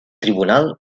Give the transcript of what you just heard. tribunal